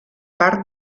part